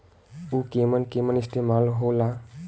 उव केमन केमन इस्तेमाल हो ला?